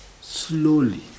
slowly